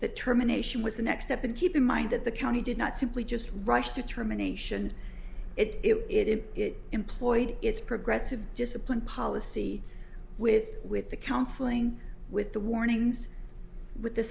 that term nation was the next step and keep in mind that the county did not simply just rush determination it in it employed its progressive discipline policy with with the counseling with the warnings with the